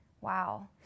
Wow